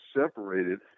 separated